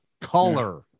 color